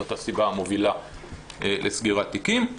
זו הסיבה המובילה לסגירת תיקים.